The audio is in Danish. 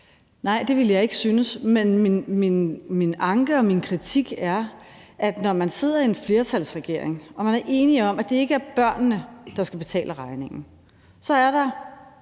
Nej, det ville jeg ikke synes, men min anke og min kritik går på, at når man sidder i en flertalsregering og man er enig om, at det ikke er børnene, der skal betale regningen, så er der